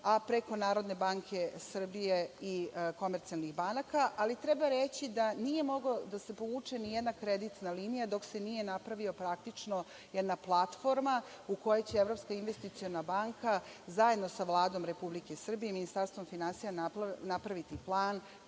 a preko NBS i komercijalnih banaka. Ali, treba reći da nije mogla da se povuče ni jedna kreditna linija dok se nije napravila jedna platforma u kojoj će Evropska investiciona banka zajedno sa Vladom Republike Srbije i Ministarstvom finansija napraviti plan,